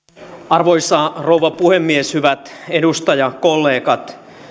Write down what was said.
arvoisa rouva puhemies hyvät edustajakollegat